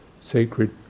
sacred